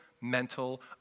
mental